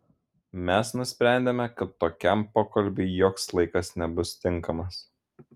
mes nusprendėme kad tokiam pokalbiui joks laikas nebus tinkamas